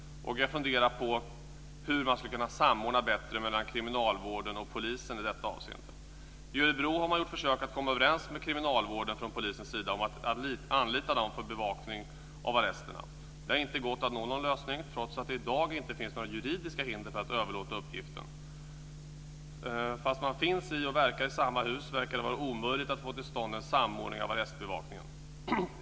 Jag funderar hur man skulle kunna samordna på ett bättre sätt mellan kriminalvården och polisen i detta avseende. I Örebro har man från polisens sida gjort försök att komma överens med kriminalvården om att anlita dem för bevakning av arresterna. Det har inte gått att nå någon lösning, trots att det i dag inte finns några juridiska hinder för att överlåta uppgiften. Fast man finns och verkar i samma hus verkar det vara omöjligt att få till stånd en samordning av arrestbevakningen.